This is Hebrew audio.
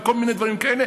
או כל מיני דברים כאלה?